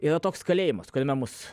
yra toks kalėjimas kuriame mus